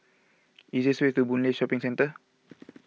easiest way to Boon Lay Shopping Centre